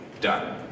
done